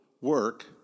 work